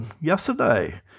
yesterday